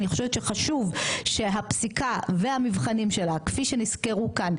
אני חושבת שחשוב שהפסיקה והמבחנים שלה כפי שנזכרו כאן,